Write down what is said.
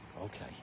okay